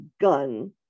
gun